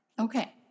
Okay